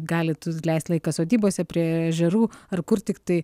galit leist laiką sodybose prie ežerų ar kur tiktai